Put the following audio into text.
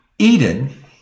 Eden